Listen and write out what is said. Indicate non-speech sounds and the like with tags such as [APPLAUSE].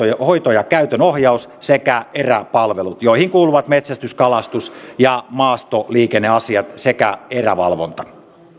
[UNINTELLIGIBLE] ja retkeilyalueiden hoito ja käytön ohjaus sekä eräpalvelut joihin kuuluvat metsästys kalastus ja maastoliikenneasiat sekä erävalvonta